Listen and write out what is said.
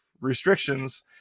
restrictions